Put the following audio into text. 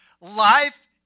life